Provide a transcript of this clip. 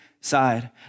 side